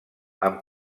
amb